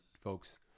folks